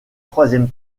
troisième